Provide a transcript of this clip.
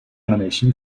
animation